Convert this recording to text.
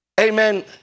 amen